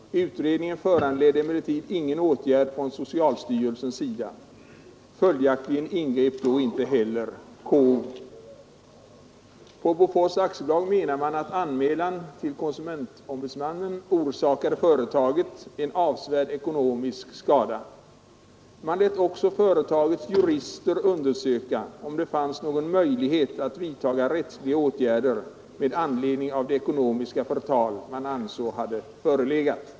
Utredningen föranledde emellertid ingen åtgärd från socialstyrelsens sida. Följaktligen ingrep då inte heller konsumentombudsmannen. På Bofors AB menar man att anmälan till konsumentombudsmannen orsakade företaget en avsevärd ekonomisk skada. Man lät också företagets jurister undersöka om det fanns någon möjlighet att vidta rättsliga åtgärder med anledning av det ekonomiska förtal man ansåg hade förelegat.